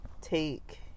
take